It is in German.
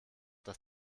dass